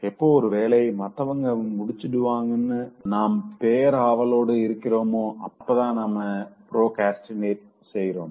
எப்போ ஒரு வேலைய மத்தவங்க முடிச்சிடுவாங்கன்னு நாம் பேராவலோடு இருக்கிறோமோ அப்போதா நாம ப்ரோக்ரஸ்டினேட் செய்றோம்